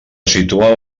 situen